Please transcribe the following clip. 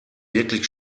wirklich